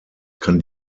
kann